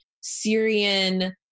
Syrian